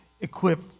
equipped